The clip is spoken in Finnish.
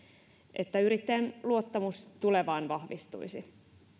että yrittäjän luottamus tulevaan vahvistuisi